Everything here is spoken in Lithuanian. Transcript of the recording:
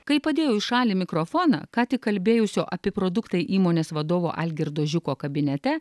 kai padėjau į šalį mikrofoną ką tik kalbėjusio api produktai įmonės vadovo algirdo žiūko kabinete